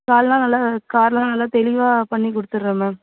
car எல்லாம் நல்லா car எல்லாம் நல்லா தெளிவாக பண்ணி கொடுத்துட்றேன் மேம்